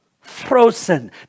frozen